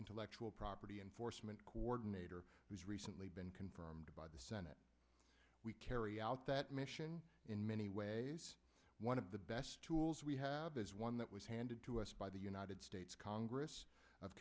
intellectual property enforcement coordinator who's recently been confirmed by the senate we carry out that mission in many ways one of the best tools we have is one that was handed to us by the united states congress of